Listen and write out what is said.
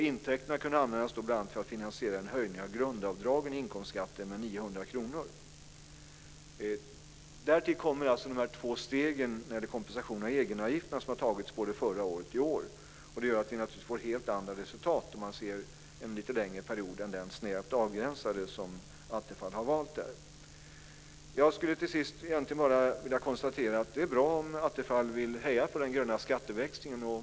Intäkterna kunde användas bl.a. för att finansiera en höjning av grundavdragen i inkomstskatten med 900 kr. Därtill kommer de två steg när det gäller kompensationen av egenavgifterna som har tagits både förra året och i år. Det gör att vi naturligtvis får helt andra resultat om man ser till en lite längre period än den snävt avgränsade som Attefall har valt här. Till sist kan jag bara konstatera att det är bra om Attefall vill heja på den gröna skatteväxlingen.